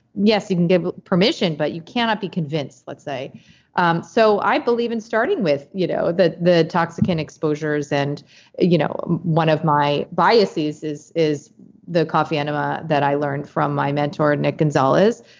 yes you can give permission, but you cannot be convinced, let's say um so i believe in starting with you know the the toxicant exposures. and you know one of my biases is is the coffee enema that i learned from my mentor, nick gonzalez.